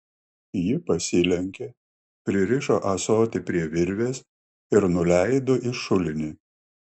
ji pasilenkė pririšo ąsotį prie virvės ir nuleido į šulinį